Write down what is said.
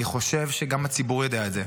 אני חושב שגם הציבור יודע את זה,